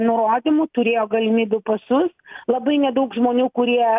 nurodymų turėjo galimybių pasus labai nedaug žmonių kurie